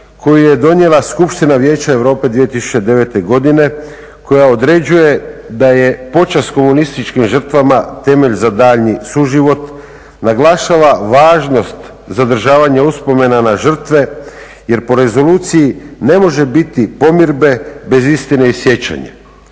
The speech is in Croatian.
koji je donijela Skupština Vijeća Europe 2009. godine koja određuje da je počast komunističkim žrtvama temelj za daljnji suživot, naglašava važnost zadržavanja uspomena na žrtve jer po rezoluciji ne može biti pomirbe bez istine i sjećanja.